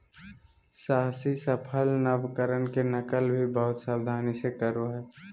साहसी सफल नवकरण के नकल भी बहुत सावधानी से करो हइ